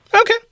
Okay